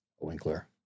Winkler